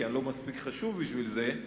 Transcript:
כי אני לא מספיק חשוב בשביל זה,